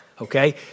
Okay